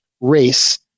race